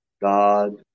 God